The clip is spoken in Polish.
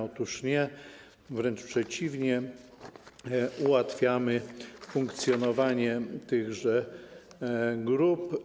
Otóż nie, wręcz przeciwnie, ułatwiamy funkcjonowanie tychże grup.